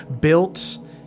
built